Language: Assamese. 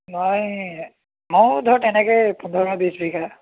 মই ময়ো ধৰ তেনেকৈ পোন্ধৰ বিছ বিঘা